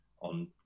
on